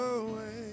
away